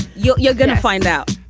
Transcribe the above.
you're you're gonna find out